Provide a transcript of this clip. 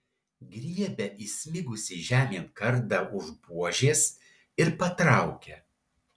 griebia įsmigusį žemėn kardą už buožės ir patraukia